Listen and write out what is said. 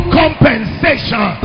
compensation